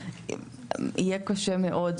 יהיה קשה מאוד,